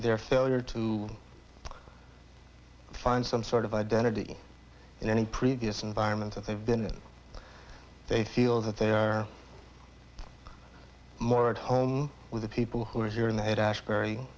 their failure to find some sort of identity in any previous environ they've been they feel that they are more at home with the people who are here in the head ashbury